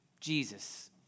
Jesus